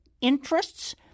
interests